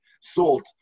salt